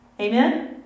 Amen